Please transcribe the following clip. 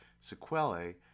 sequelae